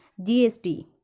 GST